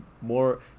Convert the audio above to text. more